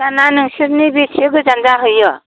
दाना नोंसोरनि बेसे गोजान जाहैयो